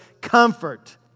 comfort